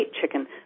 chicken